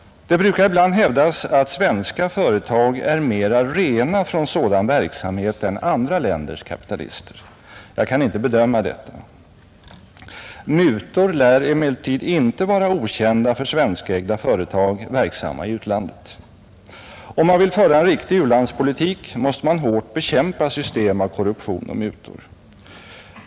Det brukar ibland hävdas att svenska företag är mera rena från sådan verksamhet än andra länders kapitalister. Jag kan inte bedöma detta. Mutor lär emellertid inte vara okända för svenskägda företag verksamma i utlandet. Om man vill föra en riktig u-landspolitik måste man hårt bekämpa system av korruption och mutor.